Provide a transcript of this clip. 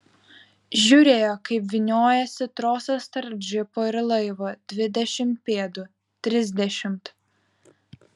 žiūrėjo kaip vyniojasi trosas tarp džipo ir laivo dvidešimt pėdų trisdešimt